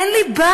אין לי בית.